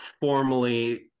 formally